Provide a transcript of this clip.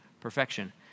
perfection